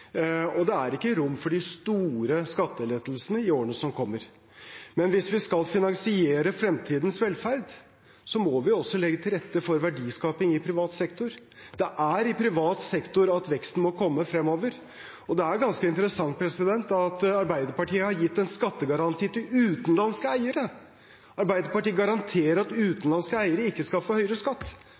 og det er ikke rom for de store skattelettelsene i årene som kommer. Hvis vi skal finansiere fremtidens velferd, må vi også legge til rette for verdiskaping i privat sektor. Det er i privat sektor at veksten må komme fremover, og det er ganske interessant at Arbeiderpartiet har gitt en skattegaranti til utenlandske eiere. Arbeiderpartiet garanterer at utenlandske eiere ikke skal få høyere skatt.